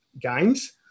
games